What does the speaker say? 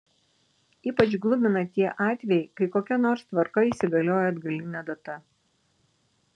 ypač glumina tie atvejai kai kokia nors tvarka įsigalioja atgaline data